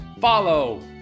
follow